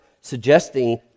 suggesting